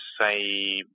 say